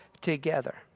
together